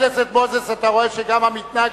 חבר הכנסת מוזס, אתה רואה שגם המתנגדים,